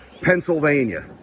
Pennsylvania